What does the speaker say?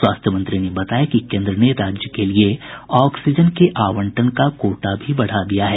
स्वास्थ्य ने बताया कि केंद्र ने राज्य के लिए ऑक्सीजन के आवंटन का कोटा भी बढ़ा दिया है